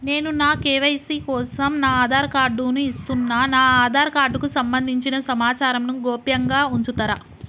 నేను నా కే.వై.సీ కోసం నా ఆధార్ కార్డు ను ఇస్తున్నా నా ఆధార్ కార్డుకు సంబంధించిన సమాచారంను గోప్యంగా ఉంచుతరా?